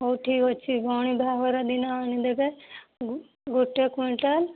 ହଉ ଠିକ୍ ଅଛି ଭଉଣୀ ବାହାଘର ଦିନ ଆଣି ଦେବେ ଗୋଟେ କ୍ଵିଣ୍ଟାଲ୍